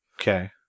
Okay